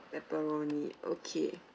pepperoni okay